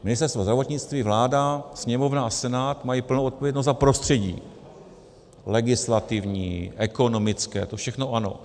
Ministerstvo zdravotnictví, vláda, Sněmovna a Senát mají plnou odpovědnost za prostředí legislativní, ekonomické, to všechno ano.